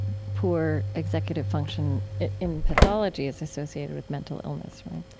poor executive function in pathology is associated with mental illness, right?